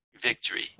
victory